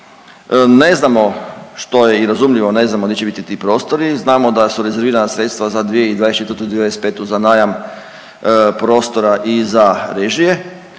Ne znamo što je i razumljivo ne znamo di će bit ti prostori. Znamo da su rezervirana sredstva za 2024., 2025. za najam prostora i za režije